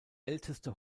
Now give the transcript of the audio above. älteste